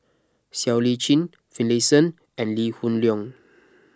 Siow Lee Chin Finlayson and Lee Hoon Leong